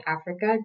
Africa